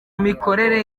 mikorere